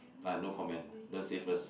ah no comment don't say first